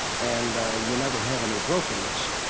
and you never have any brokenness.